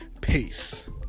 Peace